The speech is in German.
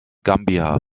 gambia